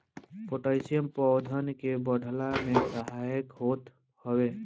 potassium पौधन के बढ़ला में सहायक होत हवे